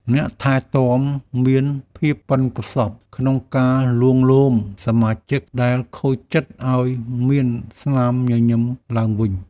អ្នកថែទាំមានភាពប៉ិនប្រសប់ក្នុងការលួងលោមសមាជិកដែលខូចចិត្តឱ្យមានស្នាមញញឹមឡើងវិញ។